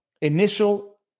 initial